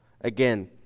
Again